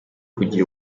kugira